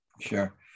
Sure